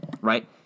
right